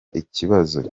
ibibazo